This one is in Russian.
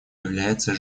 является